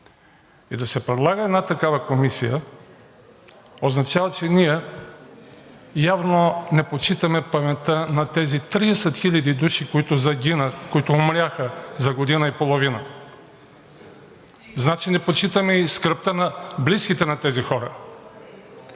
Да се предлага такава комисия означава, че ние явно не почитаме паметта на тези 30 хиляди души, които умряха за година и половина! Значи не почитаме и скръбта на близките на тези хора!